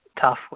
tough